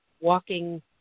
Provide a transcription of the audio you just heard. walking